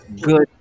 good